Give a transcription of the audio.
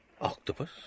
Octopus